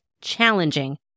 challenging